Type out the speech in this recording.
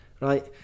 right